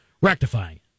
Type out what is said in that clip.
rectifying